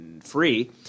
free